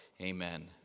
Amen